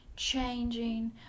Changing